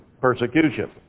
persecution